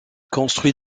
construit